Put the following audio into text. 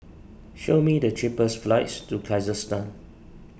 show me the cheapest flights to Kazakhstan